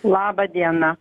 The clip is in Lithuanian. laba diena